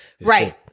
Right